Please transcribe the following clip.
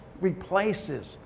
replaces